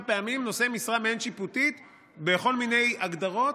פעמים נושאי משרה מעין-שיפוטית בכל מיני הגדרות,